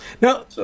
Now